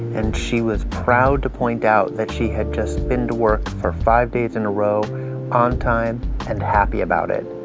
and she was proud to point out that she had just been to work for five days in a row on time and happy about it.